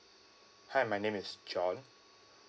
hi my name is john